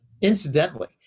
incidentally